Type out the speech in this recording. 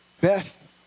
Beth